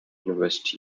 university